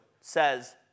says